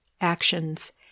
actions